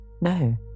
No